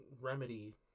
remedy